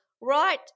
right